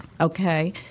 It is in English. Okay